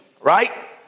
Right